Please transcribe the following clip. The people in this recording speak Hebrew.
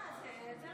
מה זה?